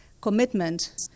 commitment